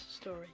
story